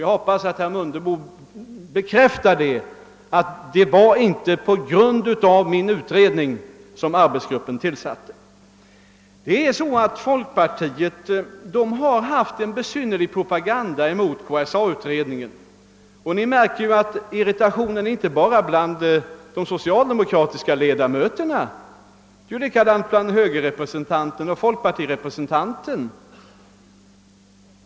Jag hoppas att herr Mundebo bekräftar att det inte var på grund av min utredning som arbetsgruppen tillsattes. Det är så att folkpartiet har fört en besynnerlig propaganda mot KSA utredningen. Ni märker väl att det är irritation inte bara bland de socialdemokratiska ledamöterna utan det är likadant med högeroch folkpartirepresentanter.